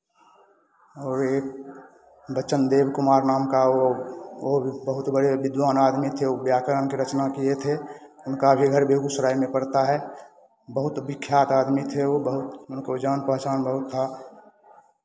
और एक वचन देव कुमार नाम का वो वो भी बहुत बड़े विद्वान आदमी थे वाे व्याकरण के रचना किए थे उनका भी घर बेगूसराय में पड़ता है बहुत विख्यात आदमी थे वो बहुत उनको जान पहचान बहुत था